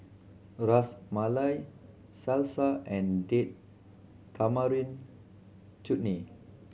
Ras Malai Salsa and Date Tamarind Chutney